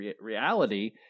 reality